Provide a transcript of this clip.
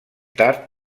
tard